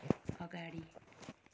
अगाडि